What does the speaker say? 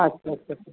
ᱟᱪᱪᱷᱟ ᱟᱪᱪᱷᱟ